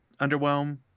underwhelm